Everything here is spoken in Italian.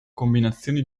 combinazioni